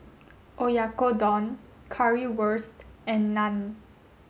Oyakodon Currywurst and Naan